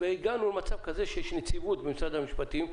הגענו למצב כזה שיש נציבות במשרד המשפטים,